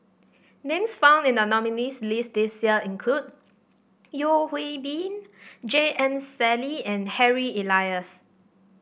names found in the nominees' list this year include Yeo Hwee Bin J M Sali and Harry Elias